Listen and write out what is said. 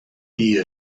die